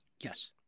Yes